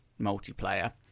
multiplayer